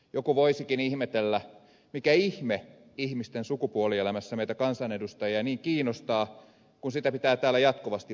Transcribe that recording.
joku voisikin ihmetellä mikä ihme ihmisten sukupuolielämässä meitä kansanedustajia niin kiinnostaa kun sitä pitää täällä jatkuvasti vatvoa